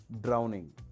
drowning